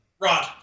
Rod